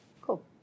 Cool